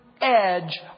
edge